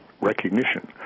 recognition